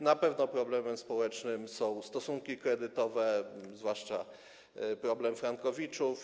Na pewno problemem społecznym są stosunki kredytowe, zwłaszcza problem frankowiczów.